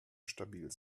stabil